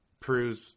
proves